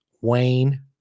wayne